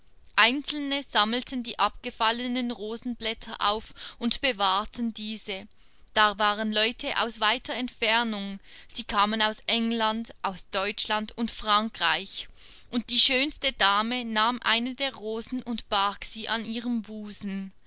einzelne sammelten die abgefallenen rosenblätter auf und bewahrten diese da waren leute aus weiter entfernung sie kamen aus england aus deutschland und frankreich und die schönste dame nahm eine der rosen und barg sie an ihrem busen